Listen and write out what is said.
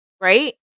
right